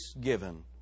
given